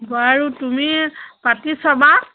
বাৰু তুমি পাতি চাবা